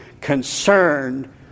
concerned